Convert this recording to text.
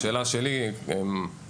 השאלה שלי היא מה נעשה בעניין הזה?